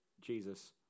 Jesus